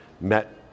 met